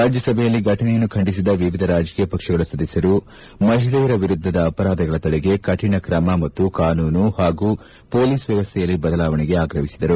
ರಾಜ್ಯಸಭೆಯಲ್ಲಿ ಘಟನೆಯನ್ನು ಖಂಡಿಸಿದ ವಿವಿಧ ರಾಜಕೀಯ ಪಕ್ಷಗಳ ಸದಸ್ಯರು ಮಹಿಳೆಯರ ವಿರುದ್ದದ ಅಪರಾಧಗಳ ತಡೆಗೆ ಕಠಿಣ ಕ್ರಮ ಮತ್ತು ಕಾನೂನು ಹಾಗೂ ಪೊಲೀಸ್ ವ್ಲವಸ್ಲೆಯಲ್ಲಿ ಬದಲಾವಣೆಗೆ ಆಗ್ರಹಿಸಿದರು